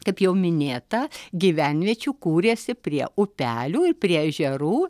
kaip jau minėta gyvenviečių kūrėsi prie upelių ir prie ežerų